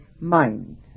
mind